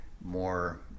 more